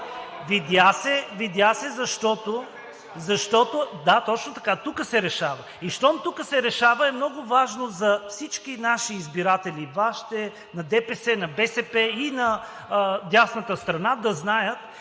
Да, точно така. Тук се решава и щом тук се решава, е много важно за всички наши избиратели – Вашите, на ДПС, на БСП и на дясната страна, да знаят,